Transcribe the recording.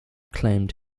claimed